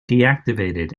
deactivated